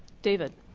david?